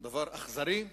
דבר אכזרי.